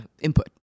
input